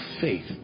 faith